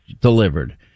delivered